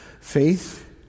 faith